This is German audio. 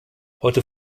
heute